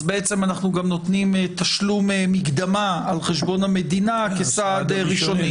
אז בעצם אנחנו גם נותנים תשלום מקדמה על חשבון המדינה כסעד ראשוני.